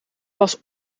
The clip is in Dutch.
was